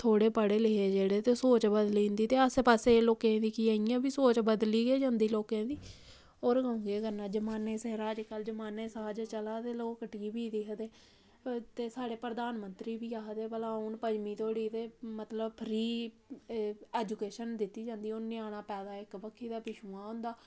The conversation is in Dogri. थोहड़े पढ़े लिखे दे जेह्ड़े ते सोच बदली जंदी ते आसै पासै लोकें गी दिक्खियै इ'यां बी सोच बदली गै जंदी लोकें दी ते होर केह् करना अजकल्ल जमानै दे साथ चला दे लोग ते उत्त साढ़े प्रधानमंत्री बी आखदे कि भला पजमीं धोड़ी मतलब एह् फ्री ऐजूकेशन दित्ती जंदी ञ्याना पैदा इक बक्खी दा पिच्छुआं होंदा ते